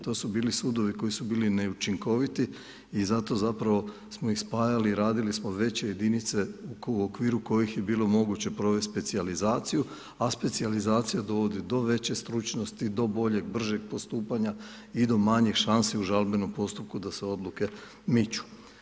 To su bili sudovi koji su bili neučinkoviti i zato zapravo smo ih spajali i radili smo veće jedinice u okviru kojih je bilo moguće provesti specijalizaciju a specijalizacija dovodi do veće stručnosti, do boljeg, bržeg postupanja i do manjih šansi u žalbenom postupku da se odluke miču.